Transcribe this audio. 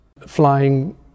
flying